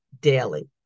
daily